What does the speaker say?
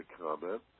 comment